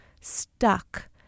stuck